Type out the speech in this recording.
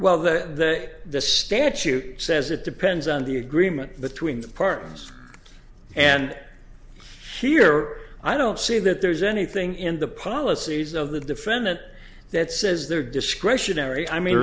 well that the statute says it depends on the agreement between the pardons and here i don't see that there's anything in the policies of the defendant that says they're discretionary i